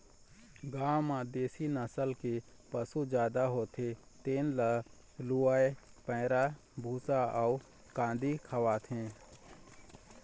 गाँव म देशी नसल के पशु जादा होथे तेन ल लूवय पैरा, भूसा अउ कांदी खवाथे